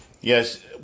Yes